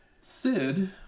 Sid